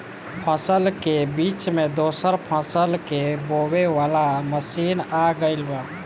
फसल के बीच मे दोसर फसल के बोवे वाला मसीन आ गईल बा